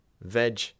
veg